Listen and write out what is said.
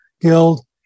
Guild